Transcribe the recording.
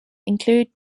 include